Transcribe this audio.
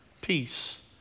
Peace